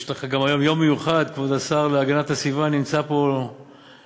יש לך היום גם יום מיוחד: כבוד השר להגנת הסביבה נמצא פה לחזק